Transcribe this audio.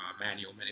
manual